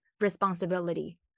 responsibility